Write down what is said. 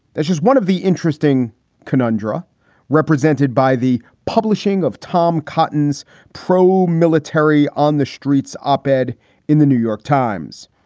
this is one of the interesting conundrums represented by the publishing of tom cotton's proehl military on the streets op ed in the new york times.